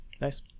Nice